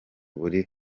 buri